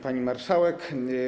Pani Marszałek!